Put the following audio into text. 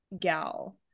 gal